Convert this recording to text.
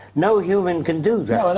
no human can do that. and